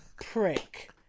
Prick